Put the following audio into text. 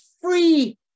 free